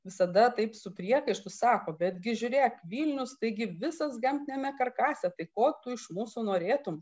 visada taip su priekaištu sako betgi žiūrėk vilnius taigi visas gamtiniame karkase tai ko tu iš mūsų norėtum